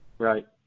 right